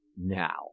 Now